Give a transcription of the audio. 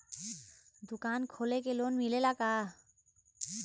दुकान खोले के लोन मिलेला का?